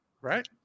Right